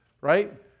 right